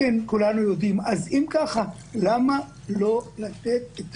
אם כך המצב, למה לא לתת את